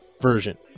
version